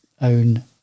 own